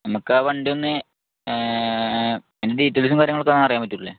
നമുക്ക് ആ വണ്ടി ഒന്ന് അതിൻ്റെ ഡീറ്റെയിൽസും കാര്യങ്ങളും ഒക്കെ ഒന്ന് അറിയാൻ പറ്റുകയില്ലേ